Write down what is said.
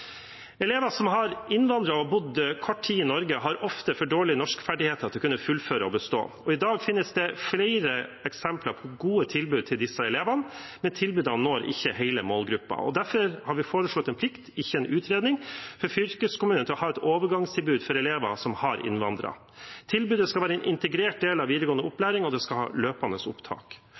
har innvandret og bodd kort tid i Norge, har ofte for dårlige norskferdigheter til å kunne fullføre og bestå. I dag finnes det flere eksempler på gode tilbud til disse elevene, men tilbudene når ikke hele målgruppen. Derfor har vi foreslått en plikt, ikke en utredning, for fylkeskommunene til å ha et overgangstilbud for elever som har innvandret. Tilbudet skal være en integrert del av videregående opplæring, og det skal ha løpende opptak.